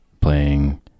playing